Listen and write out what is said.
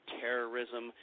terrorism